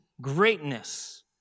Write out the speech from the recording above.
greatness